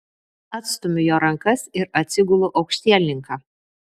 atstumiu jo rankas ir atsigulu aukštielninka